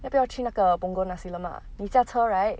要不要去那个 punggol nasi lemak 你驾车 right